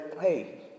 hey